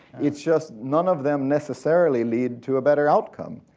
its just none of them necessarily lead to a better outcome.